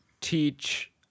teach